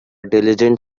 diligent